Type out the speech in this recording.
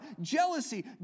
Jealousy